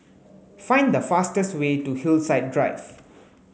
find the fastest way to Hillside Drive